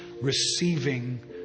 receiving